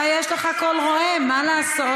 אתה, יש לך קול רועם, מה לעשות?